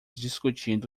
discutindo